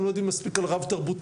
הם לא יודעים מספיק על רב תרבותיות,